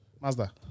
Mazda